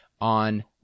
on